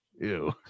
Ew